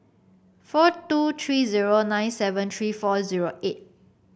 four two three zero nine seven three four zero eight